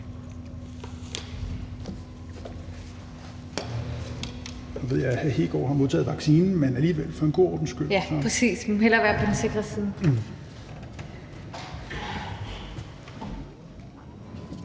Hegaard har modtaget vaccinen, men alligevel. For en god ordens skyld. (Rosa Lund (EL): Ja, præcis. Vi må hellere være på den sikre side).